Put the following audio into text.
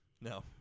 No